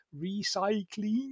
Recycling